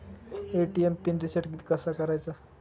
ATM PIN reset कसा करायचा?